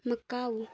Macau